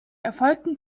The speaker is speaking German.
erfolgten